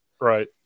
Right